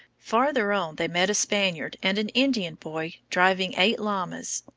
farther on they met a spaniard and an indian boy driving eight llamas,